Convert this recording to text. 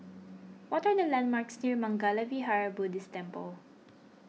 what are the landmarks near Mangala Vihara Buddhist Temple